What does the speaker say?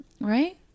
right